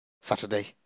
Saturday